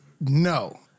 No